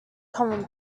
common